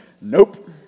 Nope